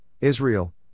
Israel